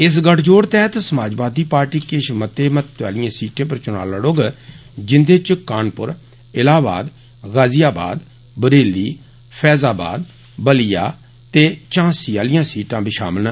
इस गठजोड़ तैहत समाजवादी पॉर्टी किष मते महत्व आलिएं सीटें पर चुना लड़ौग जिन्दे च कानपुर इलाहाबाद गाज़ियाबाद बरेली फैज़ाबाद बलिया ते झांसी आलियां सीटां बी षामल न